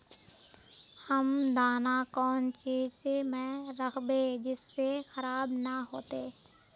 हम दाना कौन चीज में राखबे जिससे खराब नय होते?